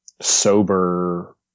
sober